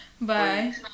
Bye